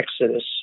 Exodus